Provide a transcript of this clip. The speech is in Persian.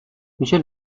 میشه